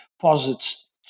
posits